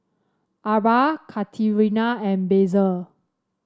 Arba Katerina and Basil